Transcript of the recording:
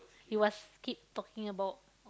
he was keep talking about